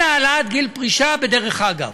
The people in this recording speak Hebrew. אין העלאת גיל פרישה בדרך אגב,